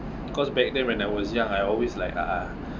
because back then when I was young I always like ah